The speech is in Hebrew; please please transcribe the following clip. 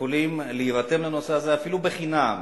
שיכולים להירתם לנושא הזה אפילו בחינם,